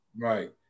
Right